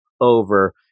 over